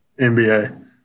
NBA